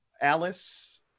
Alice